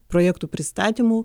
projektų pristatymų